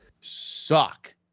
suck